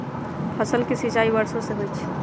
फसल के सिंचाई वर्षो से होई छई